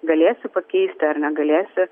galėsi pakeisti ar negalėsi